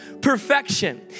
perfection